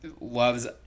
Love's